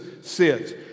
sits